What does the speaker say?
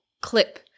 clip